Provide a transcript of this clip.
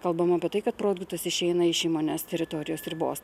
kalbam apie tai kad produktus išeina iš įmonės teritorijos ribos